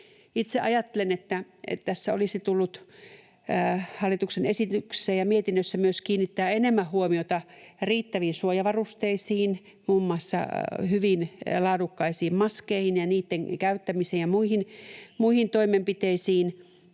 Itse ajattelen, että tässä olisi tullut hallituksen esityksessä ja mietinnössä kiinnittää enemmän huomiota riittäviin suojavarusteisiin, muun muassa hyviin, laadukkaisiin maskeihin ja niitten käyttämiseen ja muihin toimenpiteisiin.